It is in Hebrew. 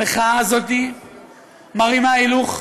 המחאה הזאת מעלה הילוך.